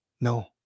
no